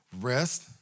rest